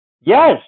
Yes